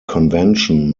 convention